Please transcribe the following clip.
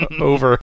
over